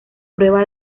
prueba